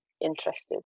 interested